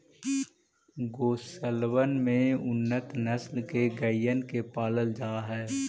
गौशलबन में उन्नत नस्ल के गइयन के पालल जा हई